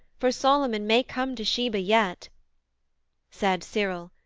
for solomon may come to sheba yet said cyril,